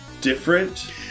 different